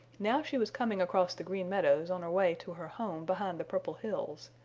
now she was coming across the green meadows on her way to her home behind the purple hills,